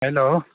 hello